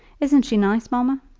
isn't she nice, mamma?